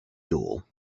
dual